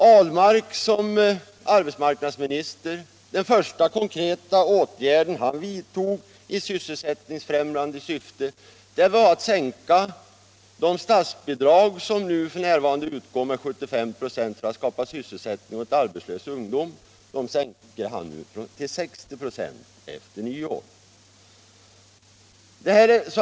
Och den första konkreta åtgärd som arbetsmarknadsminister Ahlmark vidtog i sysselsättningsfrämjande syfte var att sänka statsbidraget för att skapa sysselsättning åt arbetslös ungdom, från nuvarande 75 96 till 60 96 efter nyår.